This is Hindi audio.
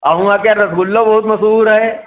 और वहाँ का रसगुल्ले बहुत मशहूर है